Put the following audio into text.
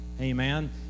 Amen